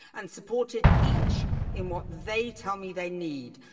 and supported each in what they tell me they need,